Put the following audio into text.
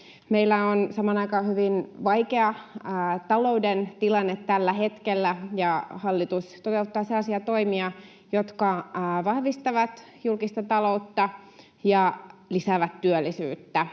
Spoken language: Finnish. Meillä on samaan aikaan hyvin vaikea talouden tilanne tällä hetkellä, ja hallitus toteuttaa sellaisia toimia, jotka vahvistavat julkista taloutta ja lisäävät työllisyyttä.